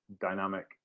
dynamic